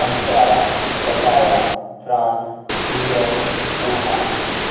Ankara Pattaya France New York Wuhan